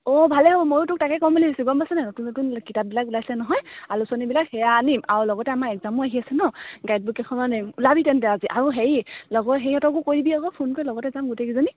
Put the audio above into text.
অঁ ভালেই হ'ব মইও তোক তাকে ক'ম বুলি ভাবিছিলোঁ গ'ম পাইছ নাই নতুন নতুন কিতাপবিলাক ওলাইছে নহয় আলোচনীবিলাক সেয়া আনিম আৰু লগতে আমাৰ একজামো আহি আছে ন গাইড বুক কেইখনমান আনিম ওলাবি তেন্তে আজি আৰু হেৰি লগৰ হেৰিহঁতকো কৈ দিবি আকৌ ফোন কৰি লগতে যাম গোটেইকেইজনী